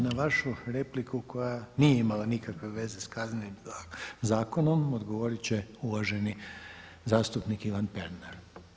I na vašu repliku koja nije imala nikakve veze sa Kaznenim zakonom odgovorit će uvaženi zastupnik Ivan Pernar.